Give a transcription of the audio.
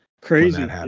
crazy